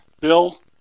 Bill